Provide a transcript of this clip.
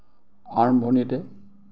আৰম্ভণিতে